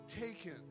taken